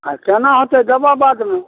आओर केना होतय देबौ बादमे